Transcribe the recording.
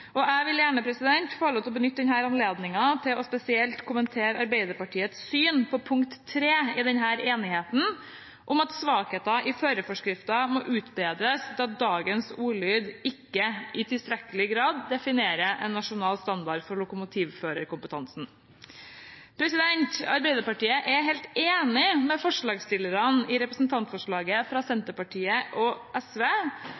Jeg vil gjerne benytte anledningen til spesielt å kommentere Arbeiderpartiets syn på punkt 3 i denne enigheten, om at svakheter i førerforskriften må utbedres da dagens ordlyd ikke i tilstrekkelig grad definerer en nasjonal standard for lokomotivførerkompetanse. Arbeiderpartiet er helt enig med forslagsstillerne bak representantforslaget fra